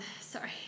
Sorry